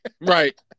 Right